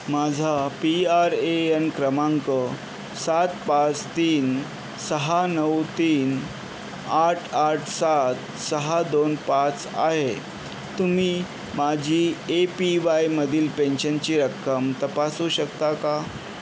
माझा P R A N क्रमांक सात पाच तीन सहा नऊ तीन आठ आठ सात सहा दोन पाच आहे तुम्ही माझी ए पी वायमधील पेन्शनची रक्कम तपासू शकता का